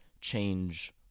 change